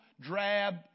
drab